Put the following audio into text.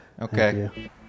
Okay